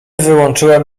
wyłączyłem